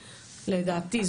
לדעתי,